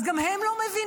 אז גם הם לא מבינים?